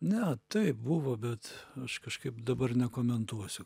ne taip buvo bet aš kažkaip dabar nekomentuosiu